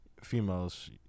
females